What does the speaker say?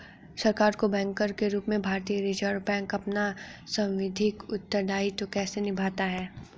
सरकार का बैंकर के रूप में भारतीय रिज़र्व बैंक अपना सांविधिक उत्तरदायित्व कैसे निभाता है?